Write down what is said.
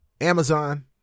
Amazon